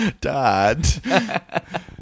Dad